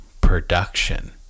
production